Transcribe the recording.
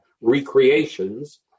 recreations